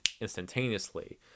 instantaneously